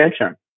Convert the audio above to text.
attention